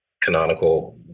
canonical